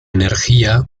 energía